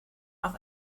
auf